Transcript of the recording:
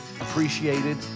appreciated